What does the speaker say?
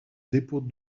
dépôt